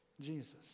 Jesus